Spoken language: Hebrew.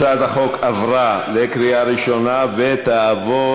הצעת החוק עברה בקריאה ראשונה ותעבור